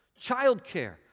Childcare